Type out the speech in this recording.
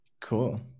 Cool